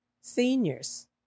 seniors